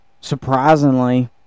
surprisingly